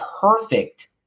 perfect